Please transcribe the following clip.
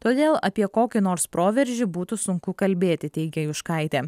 todėl apie kokį nors proveržį būtų sunku kalbėti teigė juškaitė